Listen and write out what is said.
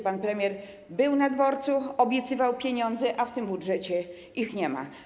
Pan premier był na tym dworcu, obiecywał pieniądze, a w tym budżecie ich nie ma.